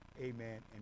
amen